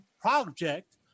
Project